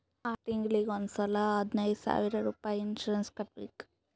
R ತಿಂಗುಳಿಗ್ ಒಂದ್ ಸಲಾ ಹದಿನೈದ್ ಸಾವಿರ್ ರುಪಾಯಿ ಇನ್ಸೂರೆನ್ಸ್ ಕಟ್ಬೇಕ್